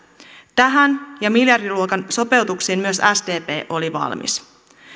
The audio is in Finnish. tähän ja miljardiluokan sopeutuksiin myös sdp oli valmis